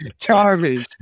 Charming